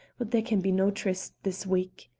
but there can be no trysts this week.